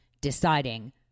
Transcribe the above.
deciding